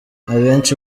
abenshi